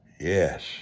Yes